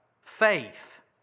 faith